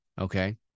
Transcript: Okay